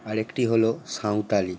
আরেকটি হলো সাঁওতালি